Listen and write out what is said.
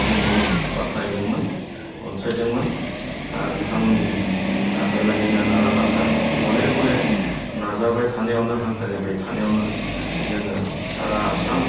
जोंखौ बाख्नायदोंमोन अनसायदोंमोन आरो बिथांमोननि बेबायदिनो नारा नाथा गले गले नाजाबाय थानायावो हांख्रायबाय थानायावनो जोङो सारा आसाम